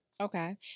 Okay